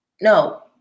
No